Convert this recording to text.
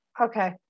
Okay